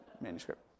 manuscript